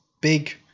Big